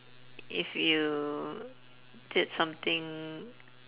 if you did something